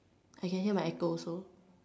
I can hear my echo also